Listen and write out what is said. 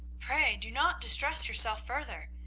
pray do not distress yourself further.